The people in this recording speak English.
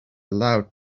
loud